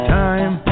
time